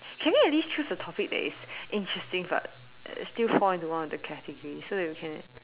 can you at least choose a topic that is interesting but still fall into one of the category so that we can